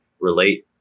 relate